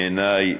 בעיניי,